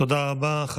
תודה רבה.